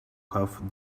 have